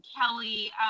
Kelly